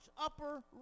upper